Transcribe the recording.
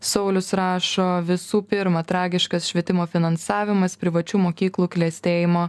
saulius rašo visų pirma tragiškas švietimo finansavimas privačių mokyklų klestėjimo